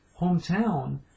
hometown